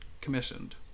commissioned